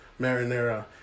marinara